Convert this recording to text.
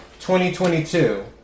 2022